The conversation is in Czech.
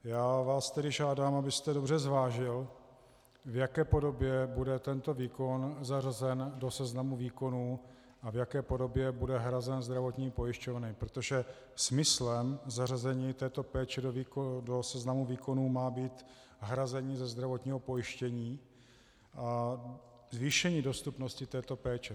Já vás tedy žádám, abyste dobře zvážil, v jaké podobě bude tento výkon zařazen do seznamu výkonů a v jaké podobě bude hrazen zdravotními pojišťovnami, protože smyslem zařazení této péče do seznamu výkonů má být hrazení ze zdravotního pojištění a zvýšení dostupnosti této péče.